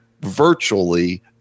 virtually